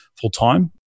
full-time